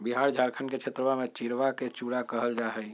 बिहार झारखंड के क्षेत्रवा में चिड़वा के चूड़ा कहल जाहई